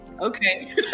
Okay